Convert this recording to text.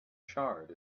charred